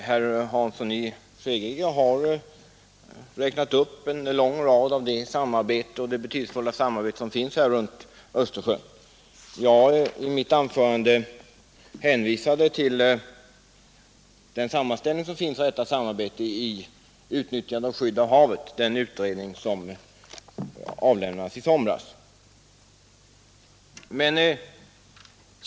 Herr talman! Herr Hansson i Skegrie räknade upp en hel del av det betydelsefulla samarbete som pågår runt Östersjön. Jag hänvisade i mitt anförande till den sammanställning om detta samarbete som finns i Utnyttjande och skydd av havet, den utredning som avlämnades i somras.